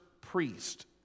priest